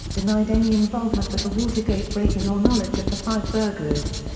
denied any involvement with the watergate break-in or knowledge of the five burglars.